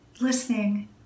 listening